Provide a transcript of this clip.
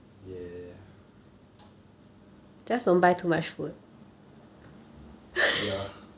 ya ya